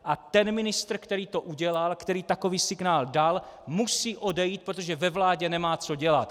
A ten ministr, který to udělal, který takový signál dal, musí odejít, protože ve vládě nemá co dělat.